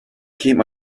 came